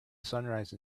sunrise